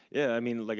yeah, i mean, like